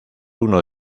uno